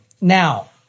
Now